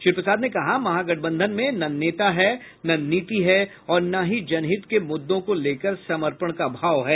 श्री प्रसाद ने कहा महागठबंधन में न नेता है न नीति है और ना ही जनहित के मुद्दों को लेकर समर्पण का भाव है